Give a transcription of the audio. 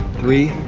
three,